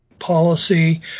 policy